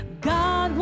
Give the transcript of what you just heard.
God